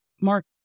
Mark